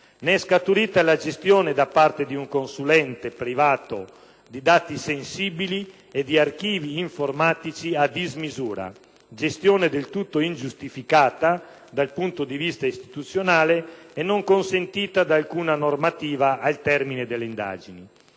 Ne è scaturita la gestione, da parte di un consulente privato, di dati sensibili e archivi informatici a dismisura; gestione che risulta del tutto ingiustificata dal punto di vista istituzionale e non consentita da alcuna normativa al termine delle indagini: